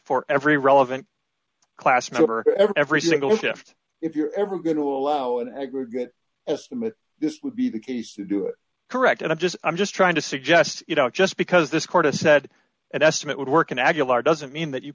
for every relevant class for every single shift if you're ever going to allow an aggregate estimate this would be the case to do it correct and i'm just i'm just trying to suggest you know just because this court has said an estimate would work in aguilar doesn't mean that you